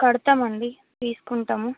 కడతాం అండి తీసుకుంటాము